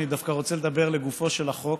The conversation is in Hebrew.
אני דווקא רוצה לדבר לגופו של החוק.